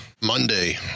Monday